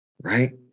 right